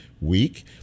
week